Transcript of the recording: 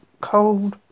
cold